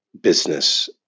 business